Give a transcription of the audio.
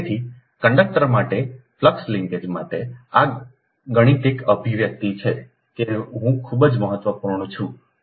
તેથી કંડક્ટર માટે flux linkage માટે આ આ ગાણિતિક અભિવ્યક્તિ છે હું ખૂબ જ મહત્વપૂર્ણ છે